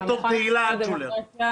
ד"ר תהילה אלטשולר.